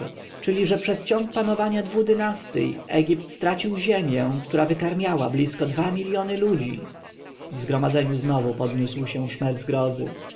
czyli że przez ciąg panowania dwu dynastyj egipt stracił ziemię która wykarmiała blisko dwa miljony ludzi w zgromadzeniu znowu podniósł się szmer zgrozy